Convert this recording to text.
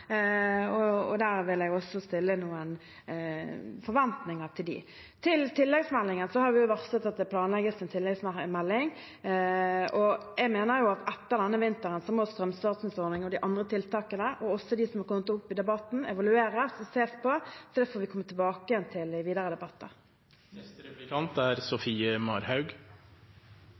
og der vil jeg også stille noen forventninger til boligselskapene. Når det gjelder tilleggsmeldingen, har vi varslet at det planlegges en tilleggsmelding. Jeg mener at etter denne vinteren må strømstønadsordningen og de andre tiltakene, og også dem som har kommet opp i debatten, evalueres og ses på. Så det får vi komme tilbake til i videre